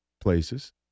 places